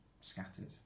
Scattered